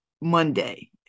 monday